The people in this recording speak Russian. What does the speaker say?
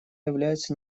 являются